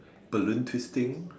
balloon twisting